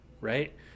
right